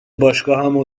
باشگاهمو